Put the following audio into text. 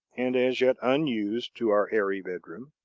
and as yet unused to our airy bedroom,